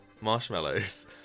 marshmallows